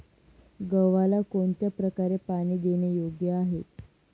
गव्हाला कोणत्या प्रकारे पाणी देणे योग्य आहे?